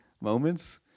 moments